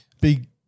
Big